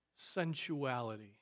sensuality